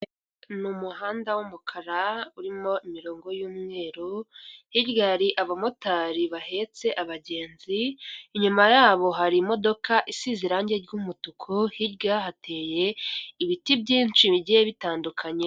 Ni umuhanda w'umukara urimo imirongo y'umweru, hirya hari abamotari bahetse abagenzi, inyuma yabo hari imodoka isize irangi ry'umutuku, hirya hateye ibiti byinshi bigiye bitandukanye.